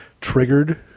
triggered